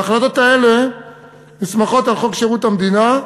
ההחלטות האלה נסמכות על חוק שירות המדינה,